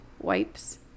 wipes